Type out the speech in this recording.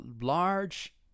large